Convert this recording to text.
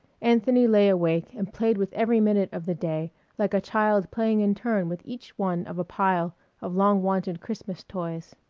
anthony lay awake and played with every minute of the day like a child playing in turn with each one of a pile of long-wanted christmas toys.